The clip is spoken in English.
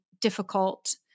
difficult